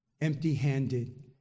empty-handed